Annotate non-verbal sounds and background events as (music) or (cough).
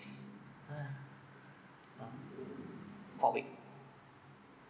(noise) oh four weeks